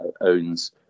owns